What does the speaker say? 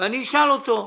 ואני אשאל אותו.